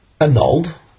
annulled